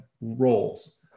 roles